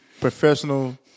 professional